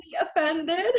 offended